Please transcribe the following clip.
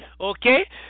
okay